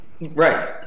Right